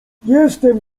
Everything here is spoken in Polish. jestem